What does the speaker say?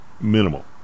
minimal